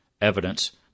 evidence